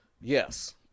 Yes